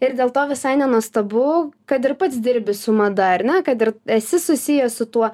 ir dėl to visai nenuostabu kad ir pats dirbi su mada ar ne kad ir esi susijęs su tuo